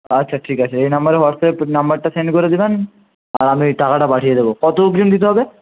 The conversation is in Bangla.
আচ্ছা ঠিক আছে এই নাম্বারে হোয়াটসঅ্যাপে নাম্বারটা সেন্ড করে দেবেন আর আমি টাকাটা পাঠিয়ে দেব কত অগ্রিম দিতে হবে